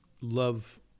love